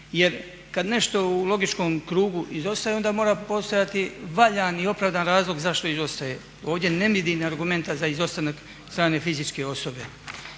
Jer kad nešto u logičkom krugu izostaje onda mora postojati valjan i opravdan razlog zašto izostaje. Ovdje ne vidim argumenta za izostanak strane fizičke osobe.